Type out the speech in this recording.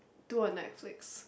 two on Netflix